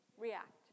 react